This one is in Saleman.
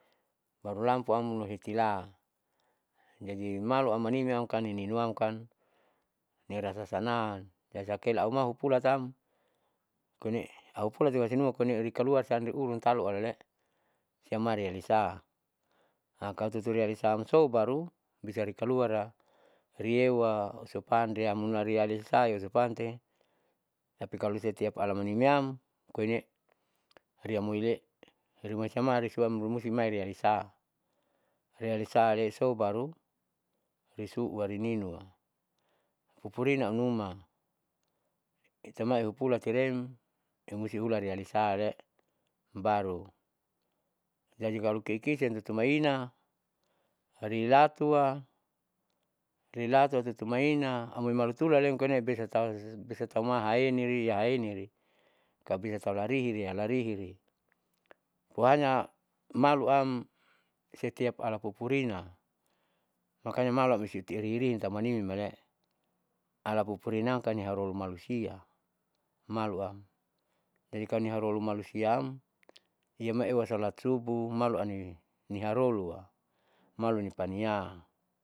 Baru lamouam mulahitila jadi maluam manimiam kaninuamkan nirasa sanang rasa kela aumahupulatam koine aupulati koine hasinuma koine rikaluar san reurun talu alale siam mari alisa kalo tuturiari siam sou baru bisari kaluara rieuwa usupan riamuna rialesai usupante tapi kalo setiam alamanimiam koine riamuile helimoisiam maluam lumusimai ialisa soialisa leisou baru risua, rininua pupurina amnuma itamai heupulatirem tumusti hularialisare baru jadi kalo kikisiam tutu maina tati latua tuilatua tutumaina amoimalutulalem koine bisa tau haeni ria haeni kalo bisa tau larihiria larihiri poanya maluam setiap alapipurina makanya malua soiti rinrinmale alapupurina am ialoimalusia maluam jadi kalo niharulo malusiam iya maewa solat subuh maloani liaharoua maluni paniam.